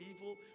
evil